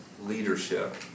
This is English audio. leadership